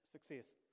Success